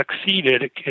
succeeded